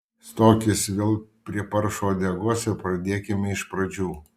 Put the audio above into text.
stokis vėl prie paršo uodegos ir pradėkime iš pradžių